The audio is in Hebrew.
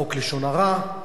חוק לשון הרע,